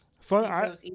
Fun